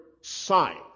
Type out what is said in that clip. sign